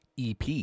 EP